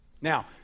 Now